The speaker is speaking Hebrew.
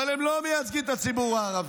אבל הם לא מייצגים את הציבור הערבי,